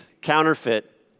counterfeit